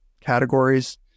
categories